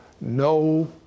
no